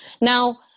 Now